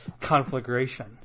conflagration